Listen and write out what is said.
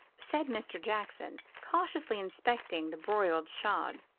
said mr. jackson, cautiously inspecting the broiled shad,